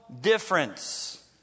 difference